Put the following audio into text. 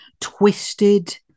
twisted